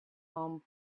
home